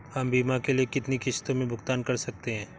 हम बीमा के लिए कितनी किश्तों में भुगतान कर सकते हैं?